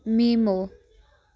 memo